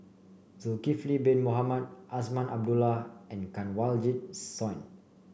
Zulkifli Bin Mohamed Azman Abdullah and Kanwaljit Soin